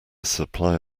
supply